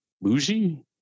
bougie